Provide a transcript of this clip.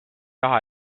raha